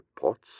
pots